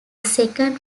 second